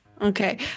Okay